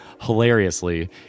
hilariously